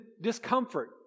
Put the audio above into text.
discomfort